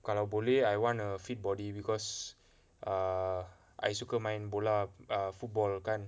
kalau boleh I want a fit body because err I suka main bola err football kan